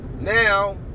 now